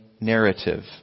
narrative